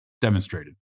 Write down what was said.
demonstrated